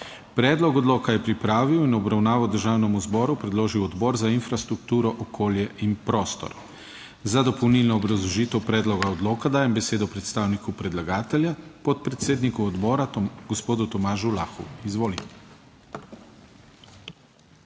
Predlog odloka je pripravil in v obravnavo Državnemu zboru predložil Odbor za infrastrukturo, okolje in prostor. Za dopolnilno obrazložitev predloga odloka dajem besedo predstavniku predlagatelja, podpredsedniku odbora gospodu Tomažu Lahu. Izvolite.